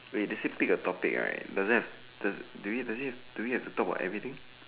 they did say pick a topic right does that have does did we does it do we have to talk about everything